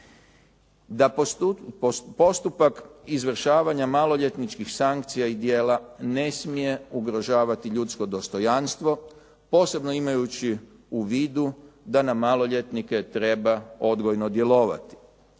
Da postupak izvršavanja maloljetničkih sankcija i djela ne smije ugrožavati ljudsko dostojanstvo posebno imajući u vidu da na maloljetnike treba odgojno djelovati.